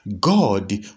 God